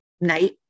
night